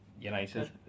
United